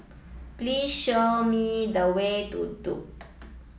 please show me the way to Duke